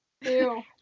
Ew